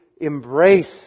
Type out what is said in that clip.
embrace